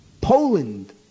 Poland